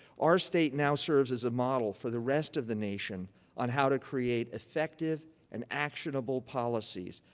our state now serves as a model for the rest of the nation on how to create effective and actionable policies,